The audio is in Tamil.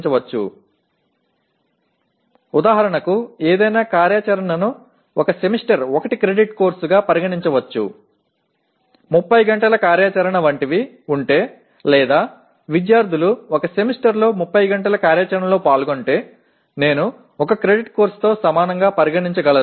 எடுத்துக்காட்டாக எந்தவொரு செயலையும் ஒரு செமஸ்டருக்கு மேல் 30 மணிநேர செயல்பாடு போன்ற ஏதாவது இருந்தால்1 கிரெடிட் பாடமாகக் கருதலாம் அல்லது மாணவர்கள் ஒரு செமஸ்டரில் 30 மணிநேர செயல்பாட்டில் ஈடுபட்டிருந்தால் நான் அதை 1 கிரெடிட் பாடத்திற்க்கு சமமானதாக கருதலாம்